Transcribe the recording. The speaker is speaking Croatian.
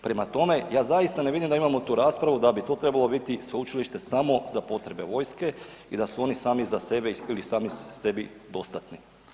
Prema tome, ja zaista ne vidim da imamo tu raspravu da bi tu trebalo biti sveučilište samo za potrebe vojske i da su oni sami za sebe ili sami sebi dostatni.